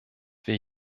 wir